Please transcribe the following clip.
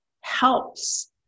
helps